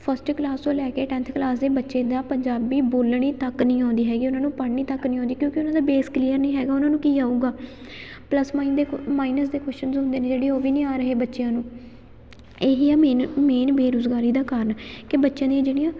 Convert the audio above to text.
first class ਤੋਂ ਲੈ ਕੇ ਟੈਂਥ ਕਲਾਸ ਦੇ ਬੱਚੇ ਦਾ ਪੰਜਾਬੀ ਬੋਲਣੀ ਤੱਕ ਨਹੀਂ ਆਉਂਦੀ ਹੈਗੀ ਉਹਨਾਂ ਨੂੰ ਪੜ੍ਹਨੀ ਤੱਕ ਨਹੀਂ ਆਉਂਦੀ ਕਿਉਂਕਿ ਉਹਨਾਂ ਦਾ ਬੇਸ ਕਲੀਅਰ ਨਹੀਂ ਹੈਗਾ ਉਹਨਾਂ ਨੂੰ ਕੀ ਆਊਗਾ ਪਲੱਸ ਮਾਈਨ ਦੇ ਕੁ ਮਾਈਨਸ ਦੇ ਕੁਸ਼ਚਨਜ਼ ਹੁੰਦੇ ਨੇ ਜਿਹੜੇ ਉਹ ਵੀ ਨਹੀਂ ਆ ਰਹੇ ਬੱਚਿਆਂ ਨੂੰ ਇਹ ਹੀ ਆ ਮੇਨ ਮੇਨ ਬੇਰੁਜ਼ਗਾਰੀ ਦਾ ਕਾਰਨ ਕਿ ਬੱਚਿਆਂ ਦੀਆਂ ਜਿਹੜੀਆਂ